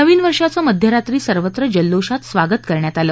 नवीन वर्षाचं मध्यरात्री सर्वत्र जल्लोषात स्वागत करण्यात आलं